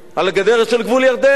גדר לגבול ירדן.